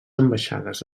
ambaixades